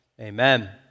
Amen